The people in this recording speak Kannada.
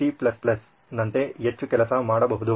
ಸಿನಂತೆ ಹೆಚ್ಚು ಕೆಲಸ ಮಾಡಬಹುದು